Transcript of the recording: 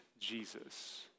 Jesus